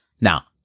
Now